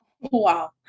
wow